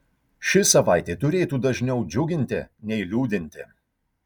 ši savaitė turėtų dažniau džiuginti nei liūdinti